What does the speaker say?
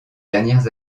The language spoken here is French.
dernières